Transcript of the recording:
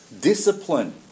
discipline